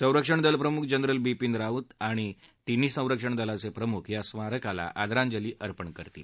संरक्षण दल प्रमुख जनरल बिपीन राऊत आणि तिन्ही संरक्षण दलाचे प्रमुख या स्मारकाला आदरांजली अर्पित करतील